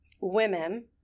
women